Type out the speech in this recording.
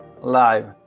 live